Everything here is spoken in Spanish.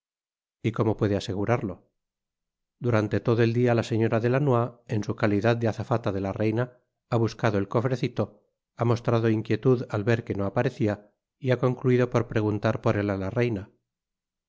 y como puede asegurarlo durante todo el dia la señora de lannoy en su calidad de azafata de la reina ha buscado el cofrecito ha mostrado inquietud al ver que no aparecia y ha concluido por preguntar por él á la reina